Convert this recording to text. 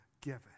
given